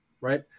right